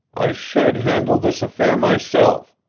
i should handle this affair myself.